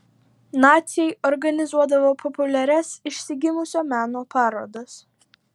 naciai organizuodavo populiarias išsigimusio meno parodas